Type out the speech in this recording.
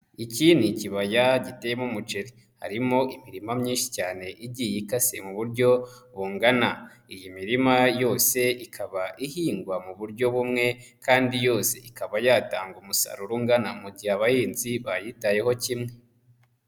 Iki ni ikibaya giteyemo umuceri, harimo imirima myinshi cyane igiye ikase mu buryo bungana, iyi mirima yose ikaba ihingwa mu buryo bumwe, kandi yose ikaba yatanga umusaruro ungana mu gihe abahinzi bayitayeho kimwe.